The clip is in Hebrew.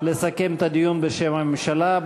לסכם את הדיון בשם הממשלה.